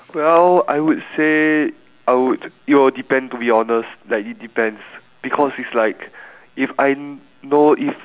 well I would say I would you know depend to be honest like it depends because it's like if I kn~ know if